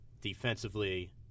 defensively